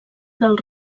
del